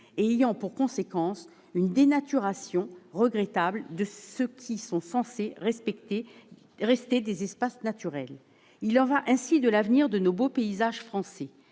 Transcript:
et ayant pour conséquence une dénaturation regrettable de ceux qui sont censés rester des espaces naturels. Il y va de l'avenir de nos beaux paysages français.